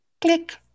Click